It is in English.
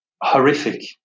horrific